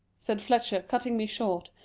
said fletcher, cutting me short.